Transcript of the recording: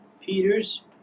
peter's